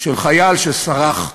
של חייל שסרח,